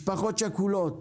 משפחות שכולות